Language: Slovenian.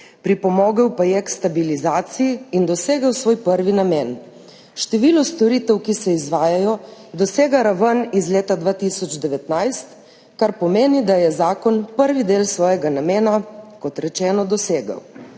pripomogla pa sta k stabilizaciji in dosegla svoj prvi namen – število storitev, ki se izvajajo, dosega raven iz leta 2019, kar pomeni, da je zakon prvi del svojega namena, kot rečeno, dosegel.